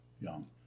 young